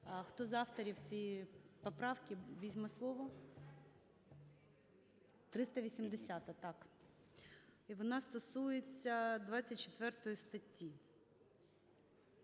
Хто з авторів цієї поправки візьме слово? 380-а, так. І вона стосується 24 статті.